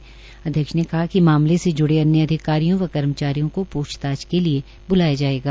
chairman ने कहा कि मामले से जूड़े अन्य अधिकारीयों व कर्मचारियों को पुछताछ के लिए बुलाया जायेगा